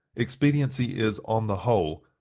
expediency is, on the whole,